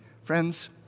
Friends